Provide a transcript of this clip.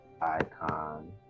icon